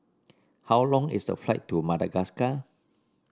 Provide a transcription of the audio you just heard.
how long is the flight to Madagascar